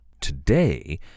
Today